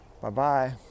Bye-bye